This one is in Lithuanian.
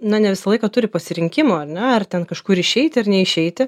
na ne visą laiką turi pasirinkimų ar ne ar ten kažkur išeiti ar neišeiti